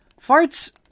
farts